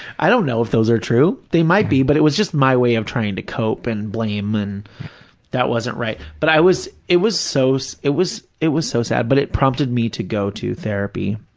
i don't know if those are true. they might be, but it was just my way of trying to cope and blame, and that wasn't right, but i was, it was so, so it was so, it was so sad, but it prompted me to go to therapy.